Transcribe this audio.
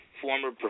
former